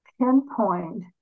pinpoint